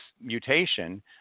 mutation